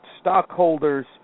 stockholders